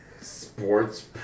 Sports